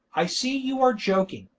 i see you are joking.